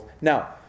Now